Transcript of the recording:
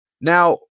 Now